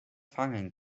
fangen